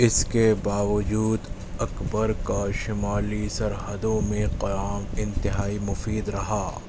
اس کے باوجود اکبر کا شمالی سرحدوں میں قیام انتہائی مفید رہا